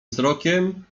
wzrokiem